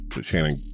Shannon